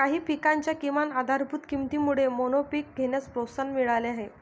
काही पिकांच्या किमान आधारभूत किमतीमुळे मोनोपीक घेण्यास प्रोत्साहन मिळाले आहे